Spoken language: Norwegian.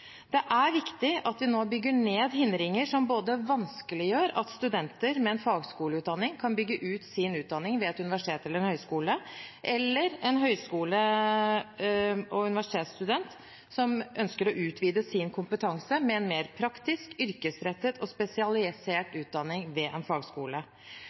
Det er viktig at vi nå bygger ned hindringer som vanskeliggjør at studenter med en fagskoleutdanning kan bygge på sin utdanning ved et universitet eller en høyskole, eller at en universitets- eller høyskolestudent kan utvide sin kompetanse med en mer praktisk, yrkesrettet og spesialisert utdanning ved en fagskole.